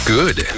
Good